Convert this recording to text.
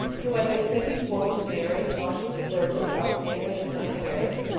who, as i said before, was married, while she was a virgin, to alexander, the son of herod,